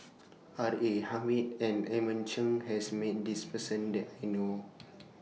R A Hamid and Edmund Cheng has Met This Person that I know of